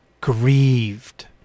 grieved